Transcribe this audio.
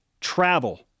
travel